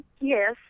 Yes